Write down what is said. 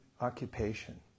occupation